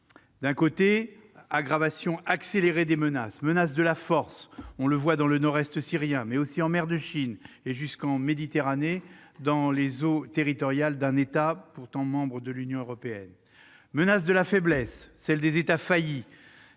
une aggravation accélérée des menaces : menaces de la force, comme on le voit dans le nord-est Syrien, mais aussi en mer de Chine, et jusqu'en Méditerranée, dans les eaux territoriales d'un État membre de l'Union européenne ; menaces de la faiblesse, celle des États faillis,